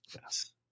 Yes